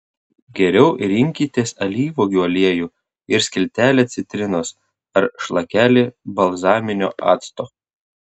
geriau rinkitės alyvuogių aliejų ir skiltelę citrinos ar šlakelį balzaminio acto